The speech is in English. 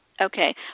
okay